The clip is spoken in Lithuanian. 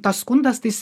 tas skundas tai jis